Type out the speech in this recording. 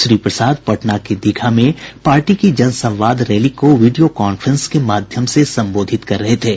श्री प्रसाद पटना के दीघा में पार्टी की जन संवाद रैली को वीडियो कांफ्रेंस के माध्यम से संबोधित कर रहे थे